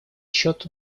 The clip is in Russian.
счет